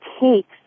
takes